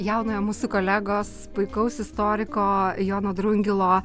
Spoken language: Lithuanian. jaunojo mūsų kolegos puikaus istoriko jono drungilo